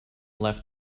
left